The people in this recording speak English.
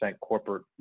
corporate